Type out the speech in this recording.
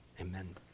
Amen